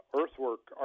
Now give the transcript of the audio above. earthwork